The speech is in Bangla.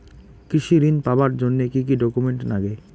কৃষি ঋণ পাবার জন্যে কি কি ডকুমেন্ট নাগে?